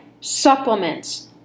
supplements